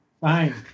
Fine